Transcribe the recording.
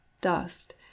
dust